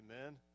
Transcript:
Amen